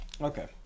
Okay